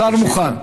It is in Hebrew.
השר מוכן.